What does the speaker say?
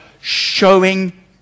showing